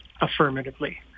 affirmatively